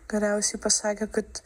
galiausiai pasakė kad